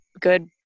good